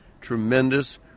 tremendous